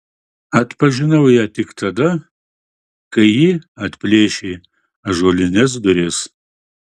atpažinau ją tik tada kai ji atplėšė ąžuolines duris